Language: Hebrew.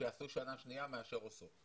שיעשו שנה שנייה מאשר עושות.